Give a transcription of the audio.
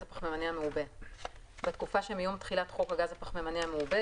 הפחמימני המעובה 2א. בתקופה שמיום תחילת חוק הגז הפחמימני המעובה,